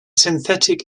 synthetic